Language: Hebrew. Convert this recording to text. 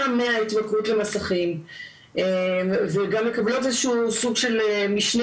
מההתמכרות למסכים וגם מקבלות איזה שהוא סוג של משנה